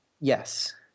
Yes